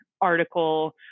article